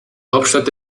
hauptstadt